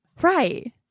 Right